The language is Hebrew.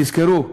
תזכרו,